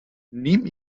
neben